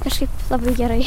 kažkaip labai gerai